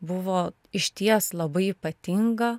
buvo išties labai ypatinga